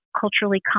culturally